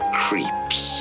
creeps